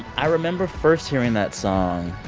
i remember first hearing that song,